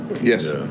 Yes